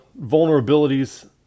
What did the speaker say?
vulnerabilities